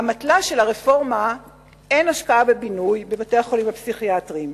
באמתלה של הרפורמה אין השקעה בבינוי בבתי-החולים הפסיכיאטריים.